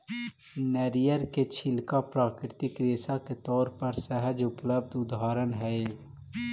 नरियर के छिलका प्राकृतिक रेशा के तौर पर सहज उपलब्ध उदाहरण हई